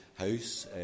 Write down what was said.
house